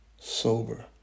sober